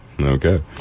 Okay